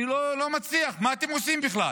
אני לא מצליח להבין מה אתם עושים בכלל.